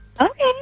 Okay